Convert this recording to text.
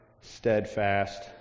steadfast